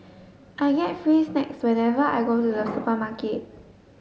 I get free snacks whenever I go to the supermarket